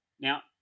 Now